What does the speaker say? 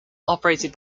operated